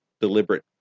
deliberate